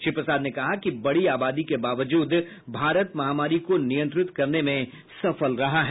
श्री प्रसाद ने कहा कि बड़ी आबादी के बावजूद भारत महामारी को नियंत्रित करने में सफल रहा है